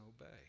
obey